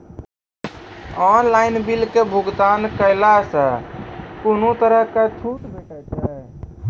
Online बिलक भुगतान केलासॅ कुनू तरहक छूट भेटै छै?